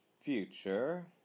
future